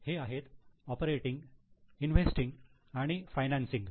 हे आहेत operating investing आणि फायनान्सिंग